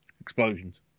Explosions